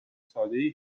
سادهای